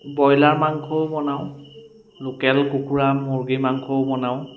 broiler মাংসও বনাওঁ local কুকুৰা মূৰ্গীৰ মাংসও বনাওঁ